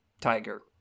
Tiger